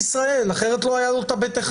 בישראל אחרת לא היה לו ב1.